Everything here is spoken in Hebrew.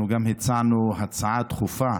אנחנו גם הצענו הצעה דחופה